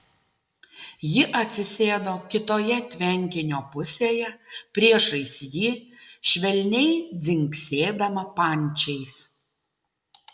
ji atsisėdo kitoje tvenkinio pusėje priešais jį švelniai dzingsėdama pančiais